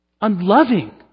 unloving